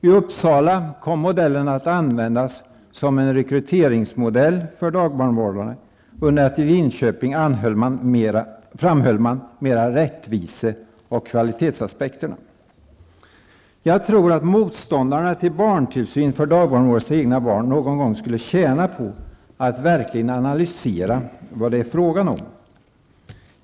I Uppsala kom modellen att användas som modell för rekrytering av dagbarnvårdare under det att man i Linköping mer framhöll rättvise och kvalitetsaspekterna. Jag tror att motståndarna till barntillsyn för dagbarnvårdarnas egna barn skulle tjäna på att någon gång verkligen analysera vad det är frågan om.